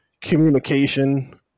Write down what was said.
communication